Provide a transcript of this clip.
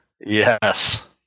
Yes